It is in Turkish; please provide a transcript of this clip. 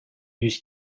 yüz